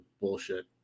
bullshit